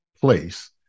place